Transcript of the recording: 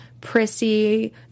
prissy